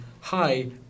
hi